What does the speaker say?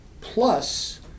plus